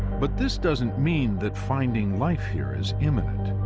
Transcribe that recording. but this doesn't mean that finding life here is imminent.